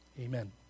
amen